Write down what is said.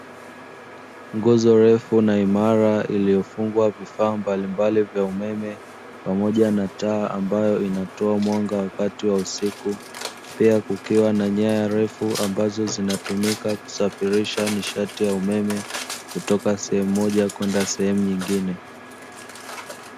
Nguzo ndefu na imara iliyo fungwa vifaa mbalimbali vya umeme pamoja na taa ambayo, inatoa mwanga wakati wa usiku, pia kukiwa na nyaya refu ambazo zinatumika kusafirisha nishati ya umeme, kutoka sehemu moja kwenda nyingine.